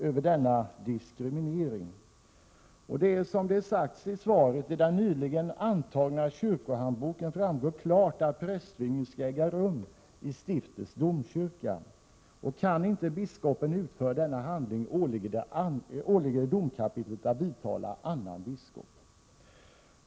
Som det sägs i svaret och som det framgår klart av den nyligen antagna kyrkohandboken skall prästvigning äga rum i stiftets domkyrka. Kan inte biskopen utföra denna handling åligger det domkapitlet att vidtala annan biskop.